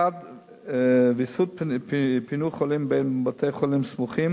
1. ויסות פינוי חולים בין בתי-חולים סמוכים